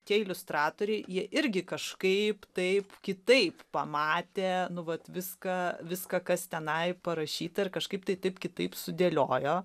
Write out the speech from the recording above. tie iliustratoriai jie irgi kažkaip taip kitaip pamatė nu vat viską viską kas tenai parašyta ir kažkaip tai taip kitaip sudėliojo